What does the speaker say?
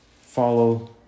follow